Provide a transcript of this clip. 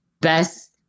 best